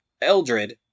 Eldred